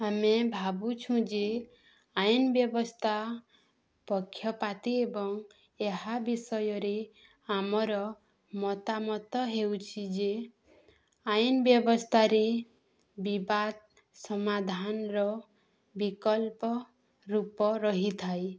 ଆମେ ଭାବୁଛୁଁ ଯେ ଆଇନ ବ୍ୟବସ୍ଥା ପକ୍ଷପାତି ଏବଂ ଏହା ବିଷୟରେ ଆମର ମତାମତ ହେଉଛି ଯେ ଆଇନ ବ୍ୟବସ୍ଥାରେ ବିବାଦ ସମାଧାନର ବିକଳ୍ପ ରୂପ ରହିଥାଏ